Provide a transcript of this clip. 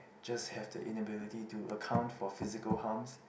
just have the inability to account for physical harms